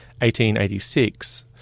1886